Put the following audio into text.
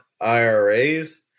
IRAs